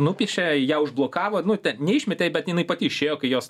nupiešė ją užblokavo nu ten neišmetė bet jinai pati išėjo kai jos